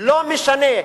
לא משנה.